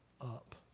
up